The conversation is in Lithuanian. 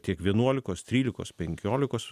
tiek vienuolikos trylikos penkiolikos